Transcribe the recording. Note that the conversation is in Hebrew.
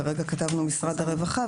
כרגע כתבנו משרד הרווחה,